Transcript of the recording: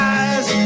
eyes